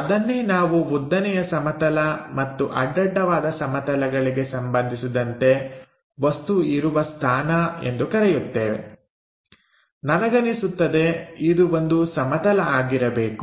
ಅದನ್ನೇ ನಾವು ಉದ್ದನೆಯ ಸಮತಲ ಮತ್ತು ಅಡ್ಡಡ್ಡವಾದ ಸಮತಲಗಳಿಗೆ ಸಂಭಂಧಿಸಿದಂತೆ ವಸ್ತುವು ಇರುವ ಸ್ಥಳ ಎಂದು ಕರೆಯುತ್ತೇವೆ ನನಗನಿಸುತ್ತದೆ ಇದು ಒಂದು ಸಮತಲ ಆಗಿರಬೇಕು